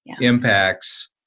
impacts